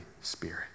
Spirit